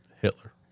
Hitler